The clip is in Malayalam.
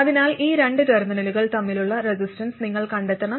അതിനാൽ ഈ രണ്ട് ടെർമിനലുകൾ തമ്മിലുള്ള റെസിസ്റ്റൻസ് നിങ്ങൾ കണ്ടെത്തണം